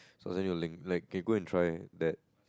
so I'll send you a link like okay go and try that